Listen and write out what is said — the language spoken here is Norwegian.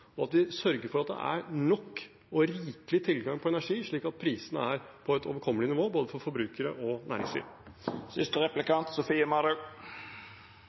og at vi sørger for at det er nok og rikelig tilgang på energi, slik at prisene er på et overkommelig nivå for både forbrukere og næringsliv.